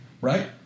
right